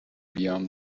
بیام